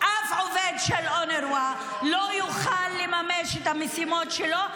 אף עובד של אונר"א לא יוכל לממש את המשימות שלו,